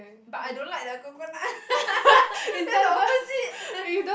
but I don't like the coconut that's opposite